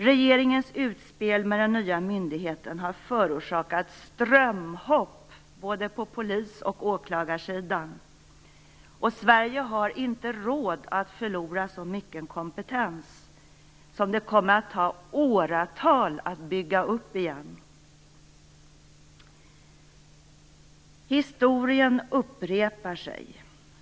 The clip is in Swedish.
Regeringens utspel med den nya myndigheten har förorsakat strömhopp på både polis och åklagarsidan. Sverige har inte råd att förlora så mycket kompetens som det kommer att ta åratal att bygga upp igen. Historien upprepar sig.